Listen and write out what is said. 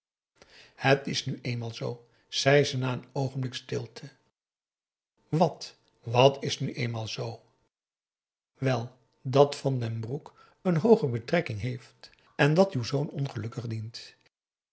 het is nu eenmaal zoo zei ze na een oogenblik stilte wat wat is nu eenmaal z wel dat van den broek een hooge betrekking heeft en dat uw zoon ongelukkig dient